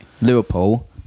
Liverpool